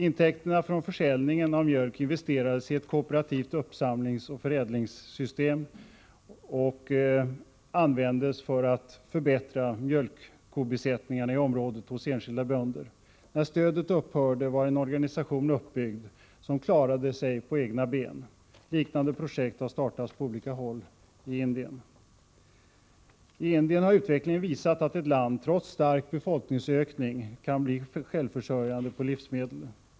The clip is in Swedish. Intäkterna från försäljningen av mjölk investerades i ett kooperativt uppsamlingsoch förädlingssystem och användes för att förbättra mjölkkobesättningar i området hos enskilda bönder. När stödet upphörde var en organisation uppbyggd som klarade sig på egna ben. Liknande projekt har startats på olika håll i landet. I Indien har utvecklingen visat att ett land trots stark befolkningsökning kan bli självförsörjande på livsmedel.